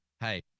hey